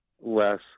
less